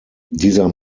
dieser